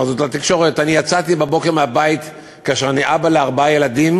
אמר זאת לתקשורת: אני יצאתי בבוקר מהבית כאשר אני אבא לארבעה ילדים,